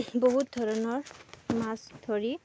বহুত ধৰণৰ মাছ ধৰি